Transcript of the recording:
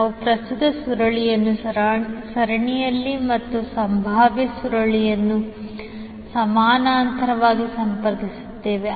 ನಾವು ಪ್ರಸ್ತುತ ಸುರುಳಿಯನ್ನು ಸರಣಿಯಲ್ಲಿ ಮತ್ತು ಸಂಭಾವ್ಯ ಸುರುಳಿಯನ್ನು ಸಮಾನಾಂತರವಾಗಿ ಸಂಪರ್ಕಿಸುತ್ತೇವೆ